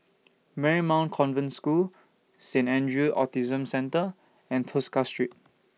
Marymount Convent School Saint Andrew's Autism Centre and Tosca Street